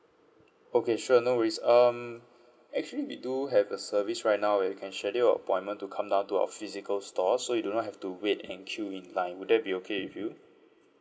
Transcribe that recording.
okay sure no worries um actually we do have a service right now where we can schedule your appointment to come down to our physical store so you do not have to wait and queue in line would that be okay with you